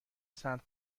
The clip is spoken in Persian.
سنت